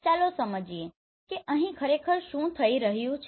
ચાલો સમજીએ કે અહીં ખરેખર શું થઈ રહ્યું છે